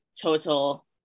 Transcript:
total